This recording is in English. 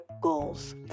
goals